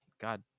god